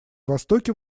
востоке